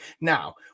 Now